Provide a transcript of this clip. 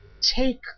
take